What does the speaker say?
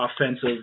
offensive